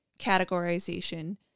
categorization